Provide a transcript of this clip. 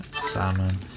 salmon